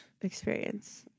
experience